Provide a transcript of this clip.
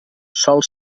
sol